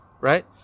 right